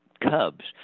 cubs